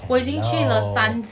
hello